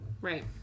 Right